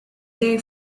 day